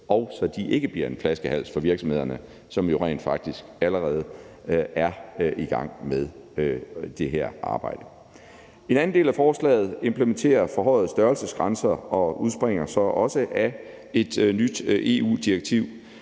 og så de ikke bliver en flaskehals for virksomhederne, som jo rent faktisk allerede er i gang med det her arbejde. En anden del af forslaget implementerer forhøjede størrelsesgrænser og udspringer så også af et nyt EU-direktiv.